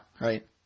Right